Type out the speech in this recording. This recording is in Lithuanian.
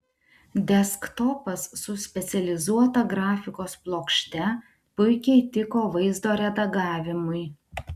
desktopas su specializuota grafikos plokšte puikiai tiko vaizdo redagavimui